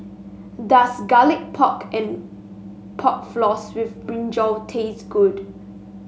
does Garlic Pork and Pork Floss with brinjal taste good